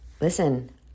listen